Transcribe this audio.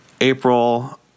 April